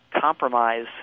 compromise